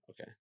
Okay